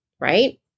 right